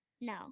No